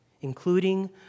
including